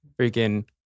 freaking